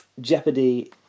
Jeopardy